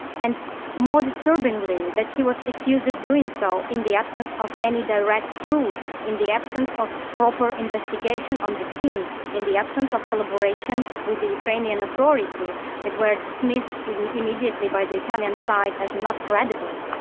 and more disturbingly that he was accused of doing so in the absence of any direct proof, in the absence of proper investigation on the scene, in the absence of collaboration with the ukrainian authorities that were dismissed immediately by the italian side as not credible.